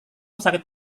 sakit